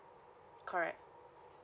correct